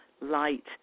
light